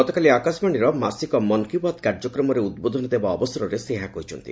ଗତକାଲି ଆକାଶବାଶୀର ମାସିକ ମନ୍ କି ବାତ୍ କାର୍ଯ୍ୟକ୍ରମରେ ଉଦ୍ବୋଧନ ଦେବା ଅବସରରେ ସେ ଏହା କହିଛନ୍ତି